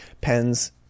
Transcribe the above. pens